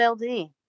LD